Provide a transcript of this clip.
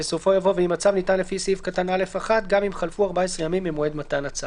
הצו ניתן לפי סעיף קטן (ג1) גם אם חלפו 14 ימים ממועד מתן הצו".